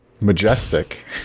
majestic